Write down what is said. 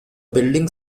building